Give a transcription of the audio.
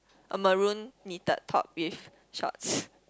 a maroon knitted top with shorts